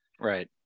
Right